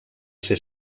ser